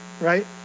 right